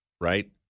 right